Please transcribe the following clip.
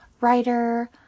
writer